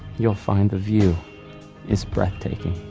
you'll find the view is breathtaking